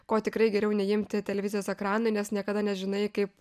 ko tikrai geriau neimti televizijos ekranui nes niekada nežinai kaip